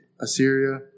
Assyria